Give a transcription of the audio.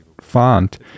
font